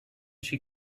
she